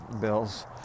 bills